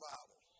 Bible